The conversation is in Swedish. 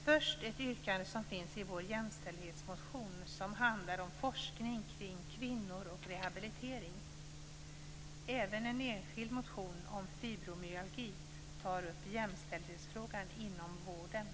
Först ett yrkande som finns i vår jämställdhetsmotion som handlar om forskning kring kvinnor och rehabilitering. Även en enskild motion om fibromyalgi tar upp jämställdhetsfrågan inom vården.